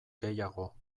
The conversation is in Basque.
gehiago